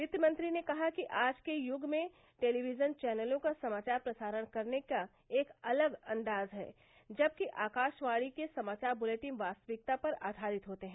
वित्तमंत्री ने कहा कि आज के यूग में टेलीविजन चैनलों का समाचार प्रसारण करने का एक अलग अंदाज है जबकि आकाशवाणी के समाचार बुलेटिन वास्तविकता पर आधारित होते हैं